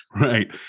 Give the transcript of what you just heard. right